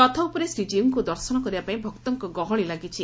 ରଥ ଉପରେ ଶ୍ରୀକୀଉଙ୍କୁ ଦର୍ଶନ କରିବା ପାଇଁ ଭକ୍ତଙ୍କ ଗହଳି ଲାଗିଛି